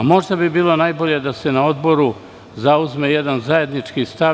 Možda bi bilo najbolje da se na odboru zauzme jedan zajednički stav.